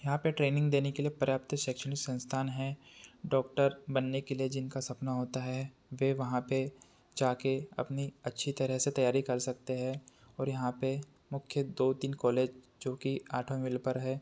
यहाँ पर ट्रेनिंग देने के लिए पर्याप्त शैक्षणिक संस्थान हैं डॉक्टर बनने के लिए जिनका सपना होता है वे वहाँ पर जाकर अपनी अच्छी तरह से तैयारी कर सकते हैं और यहाँ पर मुख्य दो तीन कॉलेज जो कि आठवें मिल पर है